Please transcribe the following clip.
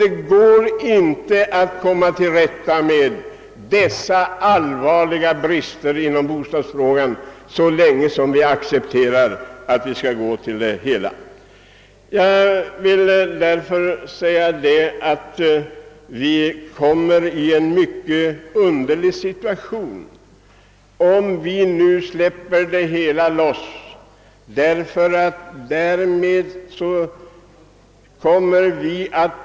Det går inte att komma till rätta med de allvarliga bristerna på bostadsområdet så länge vi accepterar en sådan tingens ordning. Det uppstår en mycket underlig situation om vi nu avvecklar bostadsrättskontrollen.